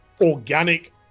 organic